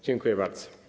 Dziękuję bardzo.